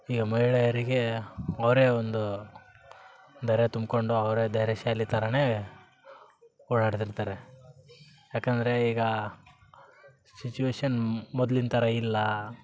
ಈಗ ಮಹಿಳೆಯರಿಗೆ ಅವರೇ ಒಂದು ಧೈರ್ಯ ತುಂಬಿಕೊಂಡು ಅವರೇ ಧೈರ್ಯಶಾಲಿ ಥರಾ ಓಡಾಡ್ತಿರ್ತಾರೆ ಯಾಕಂದರೆ ಈಗ ಸಿಚುವೇಷನ್ ಮೊದ್ಲಿನ ಥರ ಇಲ್ಲ